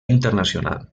internacional